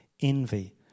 envy